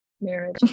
marriage